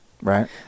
Right